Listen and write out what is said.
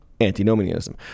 antinomianism